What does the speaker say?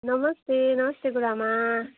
नमस्ते नमस्ते गुरुआमा